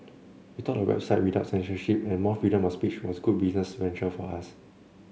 we thought a website without censorship and more freedom of speech a good business venture for us